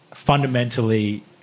fundamentally